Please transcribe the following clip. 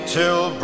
till